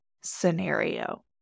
scenario